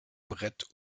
brett